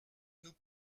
nous